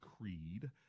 creed